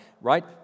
Right